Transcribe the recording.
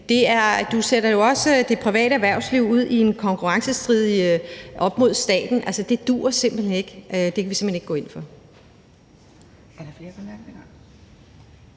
Du sætter jo også det private erhvervsliv i en konkurrencestrid op mod staten. Det duer simpelt hen ikke. Det kan vi simpelt hen ikke gå ind for.